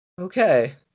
Okay